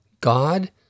god